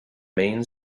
main